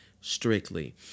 Strictly